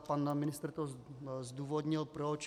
Pan ministr zdůvodnil proč.